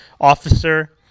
officer